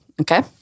Okay